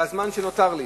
בזמן שנותר לי,